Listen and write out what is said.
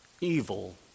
Evil